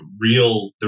real